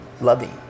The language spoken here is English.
loving